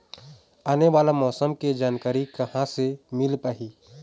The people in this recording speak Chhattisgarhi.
आने वाला मौसम के जानकारी कहां से मिल पाही?